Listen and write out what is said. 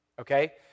okay